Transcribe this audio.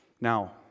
Now